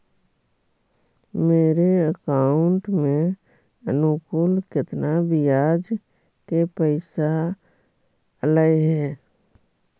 मेरे अकाउंट में अनुकुल केतना बियाज के पैसा अलैयहे?